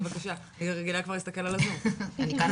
אז קודם